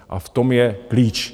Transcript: A v tom je klíč.